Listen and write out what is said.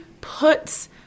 puts